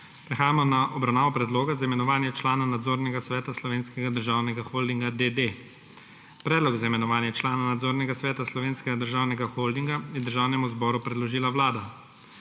Prehajamo na obravnavo **Predloga za imenovanje člana nadzornega sveta Slovenskega državnega holdinga, d. d.** Predlog za imenovanje člana nadzornega sveta Slovenskega državnega holdinga je Državnemu zboru predložila vlada.